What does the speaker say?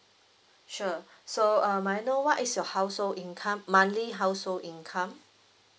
sure so uh may I know what is your household income monthly household income